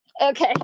Okay